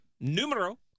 numero